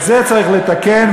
את זה צריך לתקן,